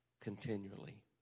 continually